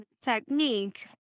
technique